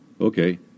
Okay